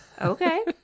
Okay